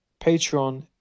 patreon